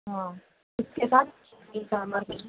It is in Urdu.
ہاں اس کے ساتھ اڈلی سامبھر بھی ہے